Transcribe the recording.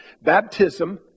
baptism